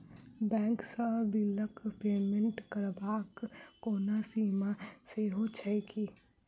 Bank सँ बिलक payment करबाक कोनो सीमा सेहो छैक की?